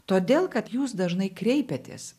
todėl kad jūs dažnai kreipiatės